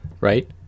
right